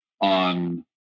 on